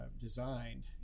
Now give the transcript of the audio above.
designed